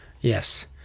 Yes